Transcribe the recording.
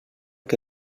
que